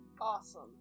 Awesome